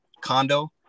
condo